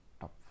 top